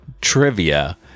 trivia